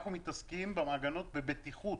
אנחנו מתעסקים במעגנות בבטיחות,